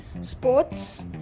sports